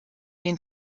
den